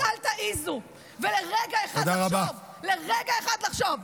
אז אל תעזו לרגע אחד לחשוב, לרגע אחד לחשוב,